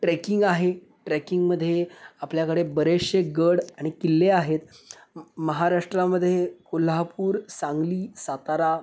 trekking आहे ट्रेकिंगमध्ये आपल्याकडे बरेचसे गड आणि किल्ले आहेत महाराष्ट्रामध्ये कोल्हापूर सांगली सातारा